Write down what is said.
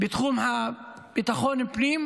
בתחום ביטחון הפנים,